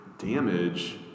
damage